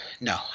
No